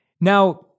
Now